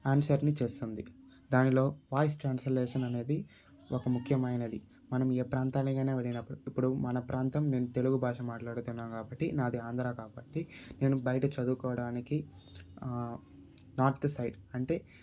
ఆన్సర్ని చేస్తుంది దానిలో వాయిస్ ట్రాన్సిలేషన్ అనేది ఒక ముఖ్యమైనది మనం ఏ ప్రాంతానికైనా వెళ్ళినప్పుడు ఇప్పుడు మన ప్రాంతం నేను తెలుగు భాషను మాట్లాడుతున్నాం కాబట్టి నాది ఆంధ్రా కాబట్టి నేను బయట చదువుకోవడానికి నార్త్ సైడ్ అంటే